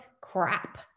crap